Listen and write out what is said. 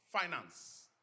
finance